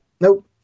Nope